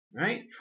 right